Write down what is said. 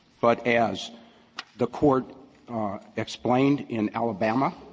but as the court explained in alabama,